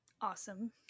awesome